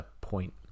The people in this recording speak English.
point